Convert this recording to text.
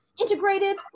integrated